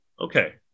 Okay